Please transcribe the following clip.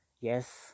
yes